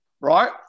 right